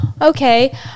okay